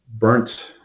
burnt